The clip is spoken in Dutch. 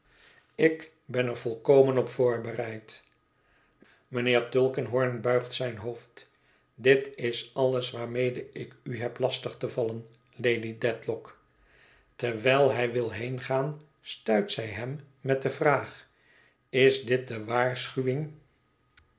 ik ben er volkomen op voorbereid mijnheer tulkinghorn buigt zijn hoofd dit is alles waarmede ik u heb lastig te vallen lady dedlock terwijl hij wil heengaan stuit zij hem met de vraag is dit de waarschuwing